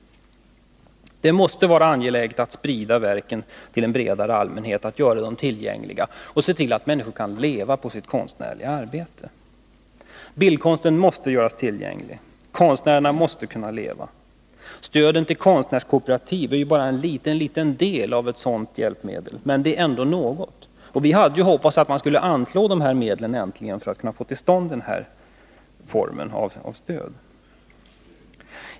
Det måste vara angeläget att sprida verken till en bredare allmänhet, att göra dem mer tillgängliga liksom att se till att människor kan leva på sitt konstnärliga arbete. Bildkonsten måste göras mera tillgänglig. Konstnärerna måste kunna leva på sitt arbete. Stödet till konstnärskooperativ är ju bara en liten del av de hjälpmedel som behövs för att vi skall kunna nå dessa mål, men det är ändå något. Vi hade hoppats att utskottet skulle ha tillstyrkt det anslag vi föreslagit för att åstadkomma ett ökat stöd.